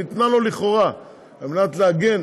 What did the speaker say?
שניתנה לו לכאורה על מנת להגן